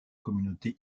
communauté